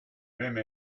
même